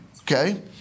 Okay